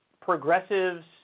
progressives